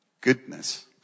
Goodness